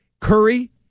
Curry